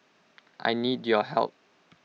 I need your help